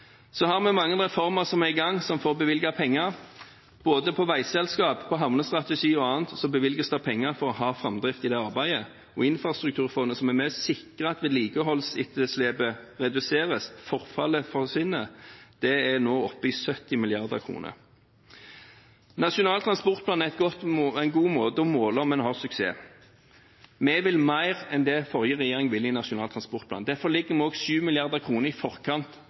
Vi har mange reformer som er i gang, som får bevilget penger. Både til veiselskap, til havnestrategi og til annet bevilges det penger for å få framdrift i arbeidet. Infrastrukturfondet, som er med på å sikre at vedlikeholdsetterslepet reduseres, at forfallet forsvinner, er nå oppe i 70 mrd. kr. Nasjonal transportplan er en god måte å måle om en har suksess på. Vi vil mer enn det den forrige regjeringen ville i Nasjonal transportplan. Derfor ligger vi også 7 mrd. kr i forkant